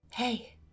Hey